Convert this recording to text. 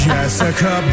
Jessica